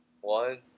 One